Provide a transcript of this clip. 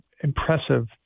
impressive